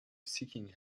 seeking